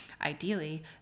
Ideally